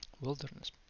wilderness